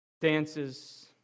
dances